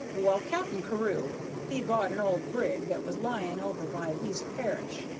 well, cap'n carew he bought an old brig that was lying over by east parish,